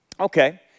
Okay